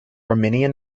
armenian